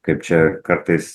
kaip čia kartais